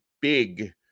big